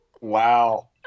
Wow